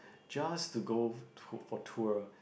just to go to for tour